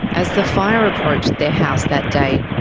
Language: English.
as the fire approached their house that day,